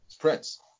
Prince